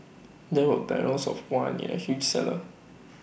there were barrels of wine in A huge cellar